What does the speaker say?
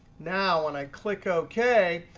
now when i click ok,